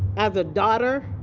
as a daughter,